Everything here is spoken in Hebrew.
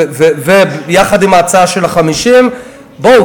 ויחד עם ההצעה של ה-50 בואו,